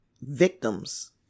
victims